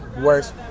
worse